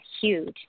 huge